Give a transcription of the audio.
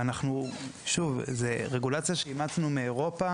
שוב, זאת רגולציה שאימצנו מאירופה.